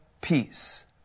peace